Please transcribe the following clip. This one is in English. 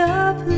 up